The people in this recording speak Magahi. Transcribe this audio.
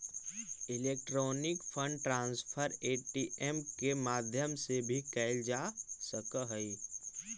इलेक्ट्रॉनिक फंड ट्रांसफर ए.टी.एम के माध्यम से भी कैल जा सकऽ हइ